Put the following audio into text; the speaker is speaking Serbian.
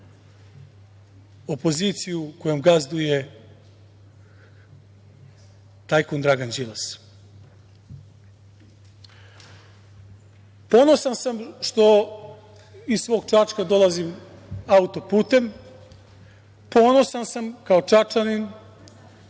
opoziciju kojom gazduje tajkun Dragan Đilas. Ponosan sam što iz svog Čačka dolazim atuo-putem. Ponosan sam kao Čačanin